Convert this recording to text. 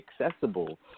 accessible